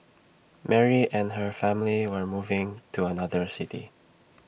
Mary and her family were moving to another city